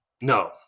no